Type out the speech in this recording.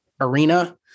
arena